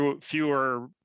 fewer